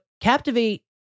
Captivate